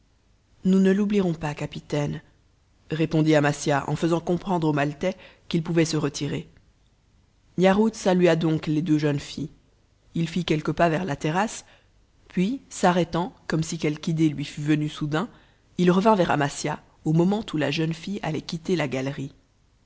nous ne l'oublierons pas capitaine répondit amasia en faisant comprendre au maltais qu'il pouvait se retirer yarhud salua donc les deux jeunes filles il fit quelques pas vers la terrasse puis s'arrêtant comme si quelque idée lui fût venue soudain il revint vers amasia au moment où la jeune fille allait quitter la galerie